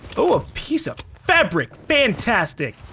oo a piece of fabric, fantastic!